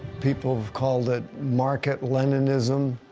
people have called it market leninism,